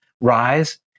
rise